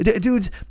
dudes